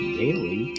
daily